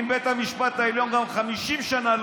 גם אם בית המשפט העליון לא ינמק עוד 50 שנה,